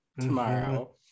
tomorrow